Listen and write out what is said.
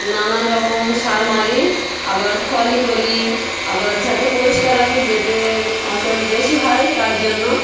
নানা রকম সার মারি আবার খলি করি আবার যাতে পরিষ্কার রাখি যাতে ফসল বেশি হয় তার জন্য